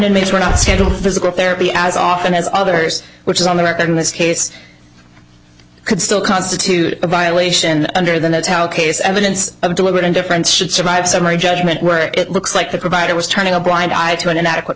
inmates were not scandal physical therapy as often as others which is on the record in this case could still constitute a violation under that's how case evidence of deliberate indifference should survive summary judgment where it looks like the provider was turning a blind eye to an inadequate